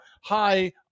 high